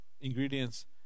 ingredients